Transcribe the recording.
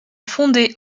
fondé